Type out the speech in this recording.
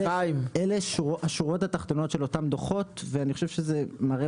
אלה השורות התחתונות של אותם דוחות ואני חושב שזה מראה